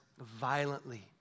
violently